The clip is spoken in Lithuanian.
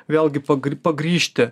vėlgi pagr pagrįžti